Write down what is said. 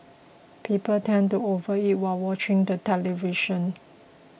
people tend to overeat while watching the television